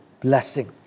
blessing